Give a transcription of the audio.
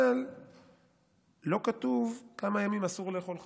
אבל לא כתוב כמה ימים אסור לאכול חמץ.